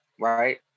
right